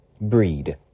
breed